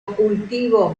cultivos